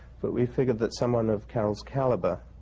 but we figured that someone's of carol's caliber